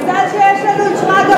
מזל שיש לנו שרגא ברוש.